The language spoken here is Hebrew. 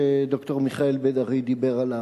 שד"ר מיכאל בן-ארי דיבר עליו,